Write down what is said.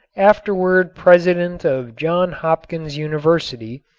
afterward president of johns hopkins university,